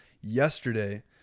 yesterday